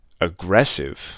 aggressive